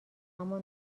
اما